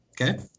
okay